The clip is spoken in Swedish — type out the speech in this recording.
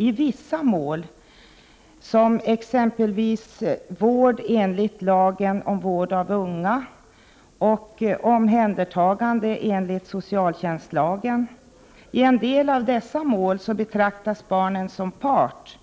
I vissa mål, exempelvis när det gäller vård enligt lagen om vård av unga och när det gäller omhändertagande enligt socialtjänstlagen, betraktas barnen som part,